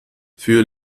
für